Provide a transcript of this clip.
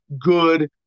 good